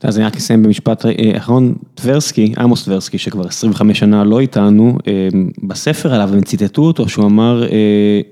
אז אני רק אסיים במשפט אחרון, טברסקי, עמוס טברסקי שכבר 25 שנה לא איתנו בספר עליו וציטטו אותו שהוא אמר.